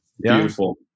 Beautiful